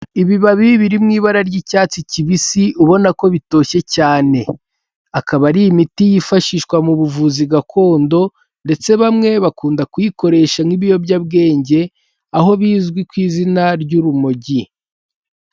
Ibibabi biri mu ibara ry'icyatsi kibisi ubona ko bitoshye cyane, akaba ari imiti yifashishwa mu buvuzi gakondo ndetse bamwe bakunda kuyikoreshamo ibiyobyabwenge, aho bizwi ku izina ry'urumogi.